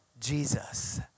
Jesus